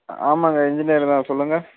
ஆ ஆமாம்ங்க இன்ஜினியர் தான் சொல்லுங்கள்